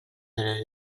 эрэр